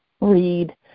read